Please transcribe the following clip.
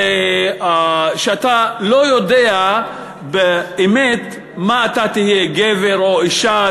זה שאתה לא יודע באמת מה אתה תהיה: גבר או אישה,